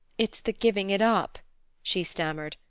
it's the giving it up she stammered,